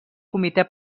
comitè